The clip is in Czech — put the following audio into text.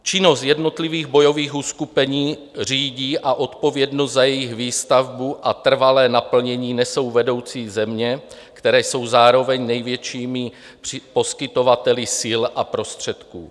Činnost jednotlivých bojových uskupení řídí a odpovědnost za jejich výstavbu a trvalé naplnění nesou vedoucí země, které jsou zároveň největšími poskytovateli sil a prostředků.